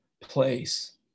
place